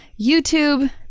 YouTube